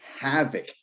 havoc